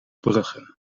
bruggen